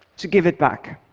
to give it back.